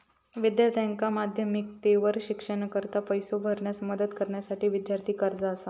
विद्यार्थ्यांका माध्यमिकोत्तर शिक्षणाकरता पैसो भरण्यास मदत करण्यासाठी विद्यार्थी कर्जा असा